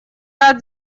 рад